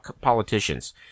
politicians